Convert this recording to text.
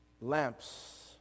lamps